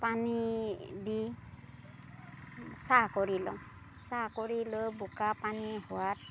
পানী দি চাহ কৰি লওঁ চাহ কৰি লৈ বোকা পানী হোৱাত